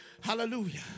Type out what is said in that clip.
Hallelujah